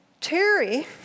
Terry